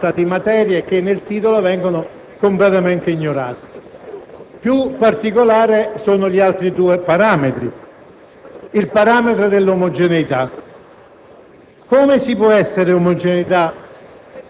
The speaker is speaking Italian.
di fronte agli altri Paesi europei: qui si tratta di materie che nel titolo vengono completamente ignorate. Più particolari sono gli altri due parametri. Vediamo quello dell'omogeneità.